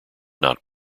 not